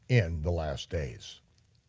in the last days.